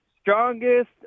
strongest